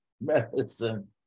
medicine